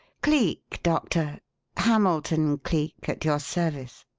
cleek, doctor hamilton cleek, at your service.